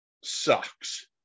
sucks